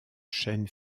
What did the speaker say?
chaîne